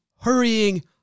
hurrying